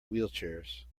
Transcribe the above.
wheelchairs